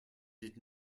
did